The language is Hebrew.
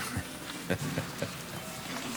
בבקשה.